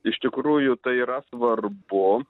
iš tikrųjų tai yra svarbu